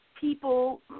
people